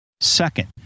Second